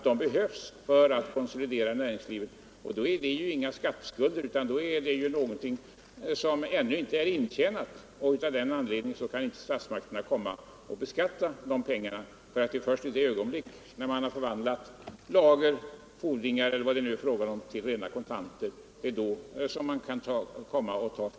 Då är det inte fråga om några skatteskulder utan om något som ännu inte är intjänat. Av den anledningen kan inte heller statsmakterna beskatta dessa pengar. Det är först i det ögonblick som man förvandlat lager, fordringar eller vad det är fråga om till rena kontanter som skatten kan utkrävas.